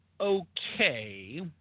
okay